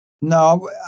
no